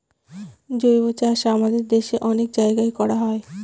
জৈবচাষ আমাদের দেশে অনেক জায়গায় করা হয়